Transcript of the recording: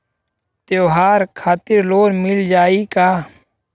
त्योहार खातिर लोन मिल जाई का?